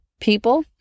People